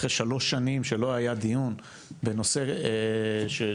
אחרי 3 שנים שלא היה דיון בנושא שהוא